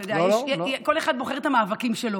אתה יודע, כל אחד בוחר את המאבקים שלו.